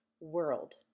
World